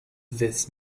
this